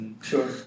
Sure